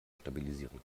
stabilisieren